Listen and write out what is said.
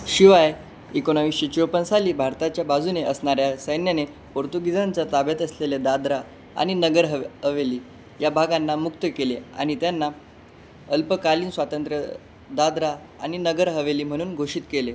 शिवाय एकोणाविसशे चोपनसाली भारताच्या बाजूने असणाऱ्या सैन्याने पोर्तुगीजांचा ताब्यात असलेल्या दादरा आणि नगर ह हवेली या भागांना मुक्त केले आणि त्यांना अल्पकालीन स्वातंत्र्य दादरा आणि नगर हवेली म्हणून घोषित केले